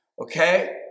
okay